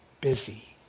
busy